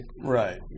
Right